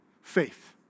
Faith